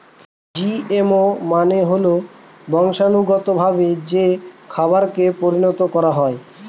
GMO মানে হল বংশানুগতভাবে যে খাবারকে পরিণত করা হয়